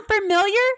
familiar